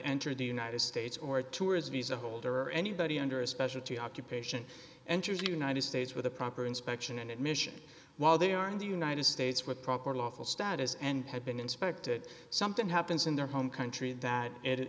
enter the united states or a tourist visa holder or anybody under a specialty occupation enters the united states with a proper inspection and admission while they are in the united states with proper lawful status and have been inspected something happens in their home country that it